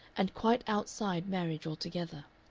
and quite outside marriage altogether.